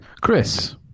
Chris